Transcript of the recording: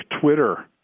Twitter